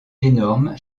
énorme